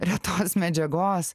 retos medžiagos